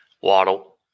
Waddle